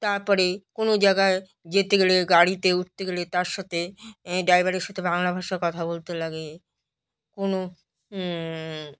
তারপরে কোনো জায়গায় যেতে গেলে গাড়িতে উঠতে গেলে তার সাথে ড্রাইভারের সাথে বাংলা ভাষা কথা বলতে লাগে কোনো